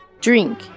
drink